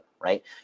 right